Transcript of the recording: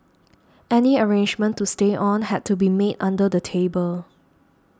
any arrangement to stay on had to be made under the table